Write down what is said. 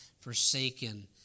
forsaken